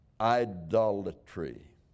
idolatry